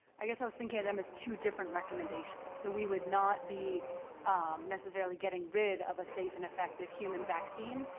i guess i was thinking of them as two different recommendations. so we would not be necessarily getting rid of a safe and effective human vaccine,